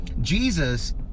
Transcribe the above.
Jesus